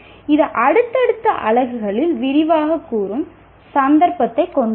இது அடுத்தடுத்த அலகுகளில் விரிவாகக் கூறும் சந்தர்ப்பத்தைக் கொண்டிருக்கும்